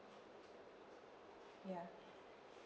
yeah